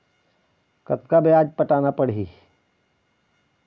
कतका ब्याज पटाना पड़ही?